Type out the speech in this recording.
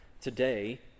today